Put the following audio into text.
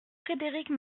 frédérique